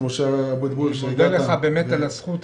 משה אבוטבול -- אני מודה לך על הזכות,